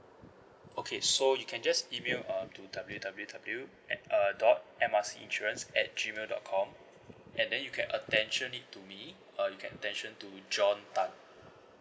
okay so you can just email um to W_W_W at uh dot M R C insurance at gmail dot com and then you can attention it to me uh you can attention to john tan